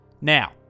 Now